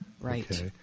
Right